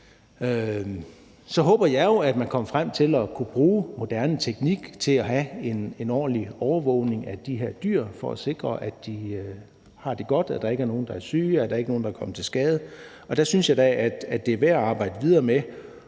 Så håber jeg, at man kommer frem til at kunne bruge moderne teknik til at have en ordentlig overvågning af de her dyr for at sikre, at de har det godt – at der ikke er nogen, der er syge, at der ikke er nogen, der er